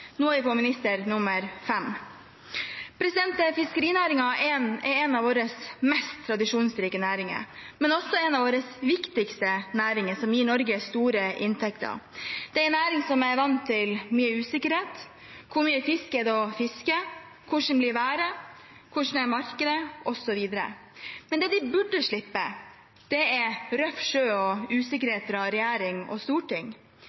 Nå er vi kommet til fiskeriminister nummer fem. Fiskerinæringen er en av våre mest tradisjonsrike næringer, men også en av våre viktigste næringer, som gir Norge store inntekter. Det er en næring som er vant til mye usikkerhet: Hvor mye fisk er det å fiske? Hvordan blir været? Hvordan er markedet? Og så videre. Det de burde slippe, er røff sjø og usikkerhet fra regjering og storting.